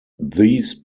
these